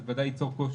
זה בוודאי יצור קושי.